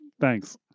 thanks